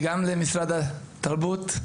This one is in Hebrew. וגם למשרד התרבות,